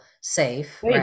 safe